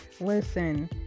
Listen